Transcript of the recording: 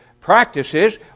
practices